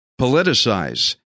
politicize